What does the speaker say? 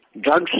Drugs